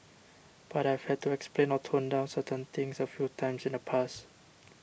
but I've had to explain or tone down certain things a few times in the past